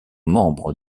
membre